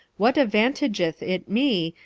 what advantageth it me,